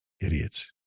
Idiots